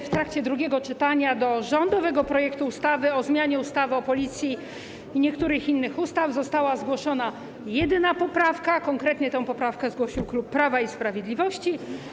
W trakcie drugiego czytania do rządowego projektu ustawy o zmianie ustawy o Policji oraz niektórych innych ustaw została zgłoszona jedyna poprawka, a konkretnie tę poprawkę zgłosił klub Prawa i Sprawiedliwości.